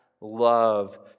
love